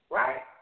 right